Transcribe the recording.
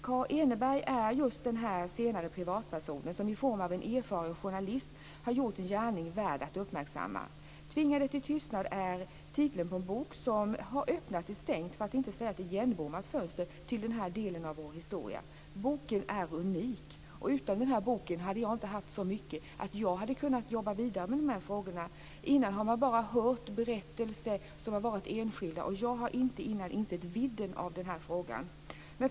Kaa Eneberg är just den privatperson som i egenskap av erfaren journalist har gjort en gärning värd att uppmärksamma. Tvingade till tystnad är titeln på en bok som har öppnat ett stängt, för att inte säga igenbommat, fönster till den här delen av vår historia. Boken är unik. Utan den hade jag inte haft så mycket kunskap att jag kunnat jobba vidare med de här frågorna. Tidigare hade jag bara hört enskilda berättelser, och jag hade inte insett vidden av frågan.